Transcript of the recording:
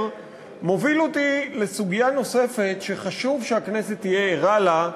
מוביל אותי לסוגיה נוספת שחשוב שהכנסת תהיה ערה לה,